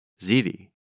Zidi